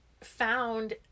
found